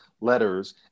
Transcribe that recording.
letters